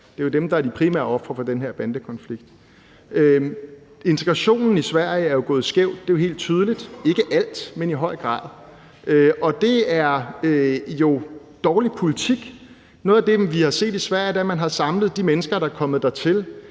Det er jo dem, der er de primære ofre for den her bandekonflikt. Integrationen i Sverige er gået skævt; det er jo helt tydeligt. Det gælder ikke alt, men i høj grad. Og det er jo dårlig politik. Noget af det, vi har set i Sverige, er, at man har samlet de mennesker, der er kommet dertil,